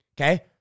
Okay